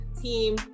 Team